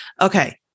Okay